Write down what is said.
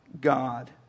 God